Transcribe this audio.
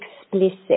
explicit